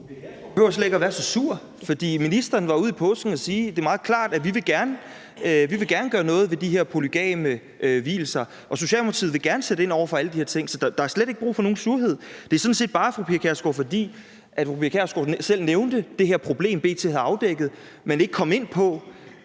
behøver slet ikke at være så sur. For ministeren var i påsken ude at sige meget klart, at vi gerne vil gøre noget ved de her polygame vielser, og Socialdemokratiet vil gerne sætte ind over for alle de her ting, så der er slet ikke brug for nogen surhed. Det er sådan set bare, fordi fru Pia Kjærsgaard selv nævnte det her problem, som B.T. havde afdækket, men hun kom ikke ind på,